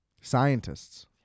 Scientists